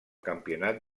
campionat